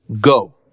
go